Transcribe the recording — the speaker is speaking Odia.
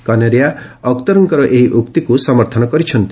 କନେରିଆ ଅକ୍ତାରଙ୍କର ଏହି ଉକ୍ତିକୁ ସମର୍ଥନ କରିଛନ୍ତି